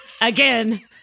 again